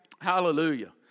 hallelujah